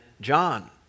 John